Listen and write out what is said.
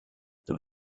there